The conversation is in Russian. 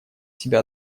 себя